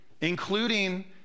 including